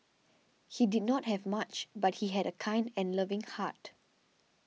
he did not have much but he had a kind and loving heart